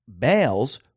males